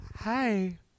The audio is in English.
Hi